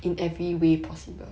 mm